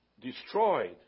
destroyed